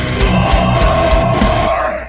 more